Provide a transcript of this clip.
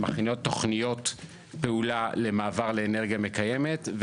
מכינות תוכניות פעולה למעבר לאנרגיה מקיימת,